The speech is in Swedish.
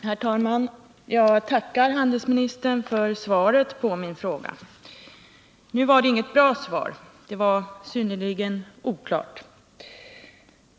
Herr talman! Jag tackar handelsministern för svaret på min fråga. Det var dock inget bra svar — det var synnerligen oklart.